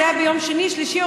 אם זה היה ביום שני,